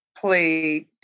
play